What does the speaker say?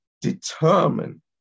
determine